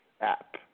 app